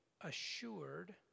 assured